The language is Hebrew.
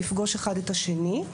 לפגוש אחד את השני,